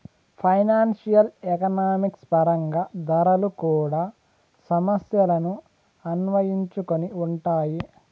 financial economics పరంగా ధరలు కూడా సమస్యలను అన్వయించుకొని ఉంటాయి